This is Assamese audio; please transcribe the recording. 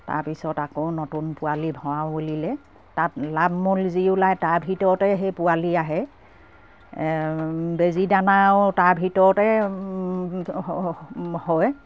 তাৰপিছত আকৌ নতুন পোৱালি ভৰাও বুলিলে তাত লাভ মূল যি ওলায় তাৰ ভিতৰতে সেই পোৱালি আহে বেজী দানাও তাৰ ভিতৰতে হয়